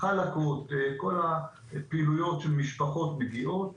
חלאקות וכל הפעילויות שמשפחות מגיעות לשמן.